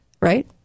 right